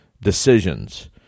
decisions